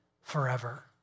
forever